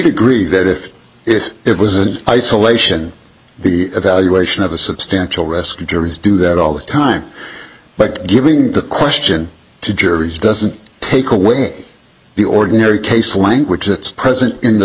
agree that if it was an isolation the evaluation of a substantial rescue juries do that all the time but giving the question to juries doesn't take away the ordinary case language that's present in the